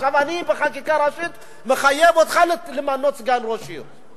עכשיו אני בחקיקה ראשית מחייבת אותך למנות סגן ראש עיר.